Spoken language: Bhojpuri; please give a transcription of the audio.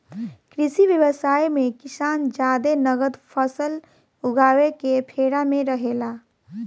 कृषि व्यवसाय मे किसान जादे नगद फसल उगावे के फेरा में रहेला